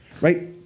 right